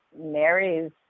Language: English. Mary's